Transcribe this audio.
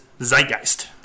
Zeitgeist